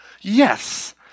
Yes